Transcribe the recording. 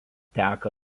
teka